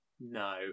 No